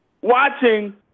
watching